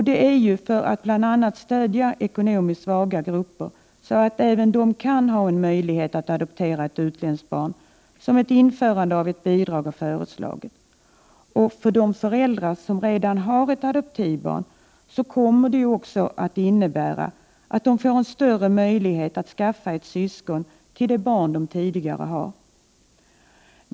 Det är ju för att bl.a. stödja ekonomiskt svaga så att även de kan ha en möjlighet att adoptera ett utländskt barn som ett införande av ett bidrag har föreslagits. För de föräldrar som redan har ett adoptivbarn kommer det också att innebära att de får större möjligheter att skaffa ett syskon till det barn de tidigare har.